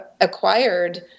acquired